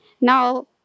Now